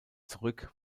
zurück